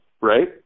right